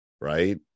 right